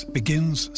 begins